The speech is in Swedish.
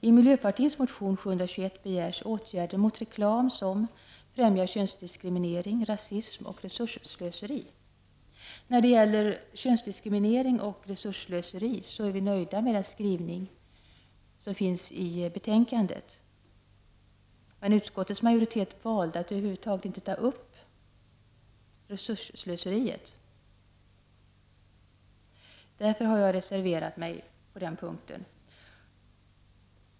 I miljöpartiets motion 721 begärs åtgärder mot reklam som främjar könsdiskriminering, rasism och resursslöseri. Vi är nöjda med den skrivning om könsdiskriminering som finns i betänkandet. Men utskottets majoritet valde att över huvud taget inte ta upp resursslöseriet. Därför har jag reserverat mig på den punkten.